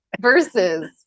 versus